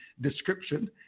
description